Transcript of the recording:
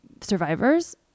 survivors